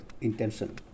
intention